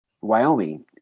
Wyoming